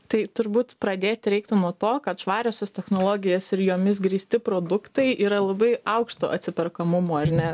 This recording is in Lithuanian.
tai turbūt pradėti reiktų nuo to kad švariosios technologijos ir jomis grįsti produktai yra labai aukšto atsiperkamumo ar ne